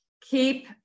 Keep